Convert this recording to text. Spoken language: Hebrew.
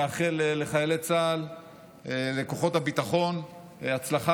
נאחל לחיילי צה"ל ולכוחות הביטחון הצלחה